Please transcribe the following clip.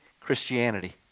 Christianity